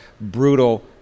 brutal